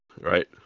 Right